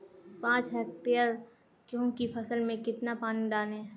पाँच हेक्टेयर गेहूँ की फसल में कितना पानी डालें?